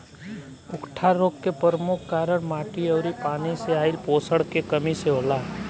उकठा रोग के परमुख कारन माटी अउरी पानी मे आइल पोषण के कमी से होला